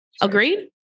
Agreed